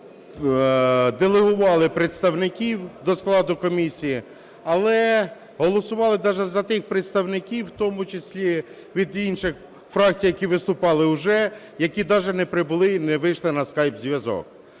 делегували представників до складу комісії, але голосували даже за тих представників, в тому силі від інших фракцій, які виступали уже, які даже не прибули і не вийшли на скайп-зв'язок.